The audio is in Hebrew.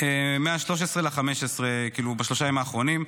מ-13 ל-15, כלומר בשלושת הימים האחרונים,